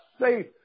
safe